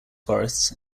forests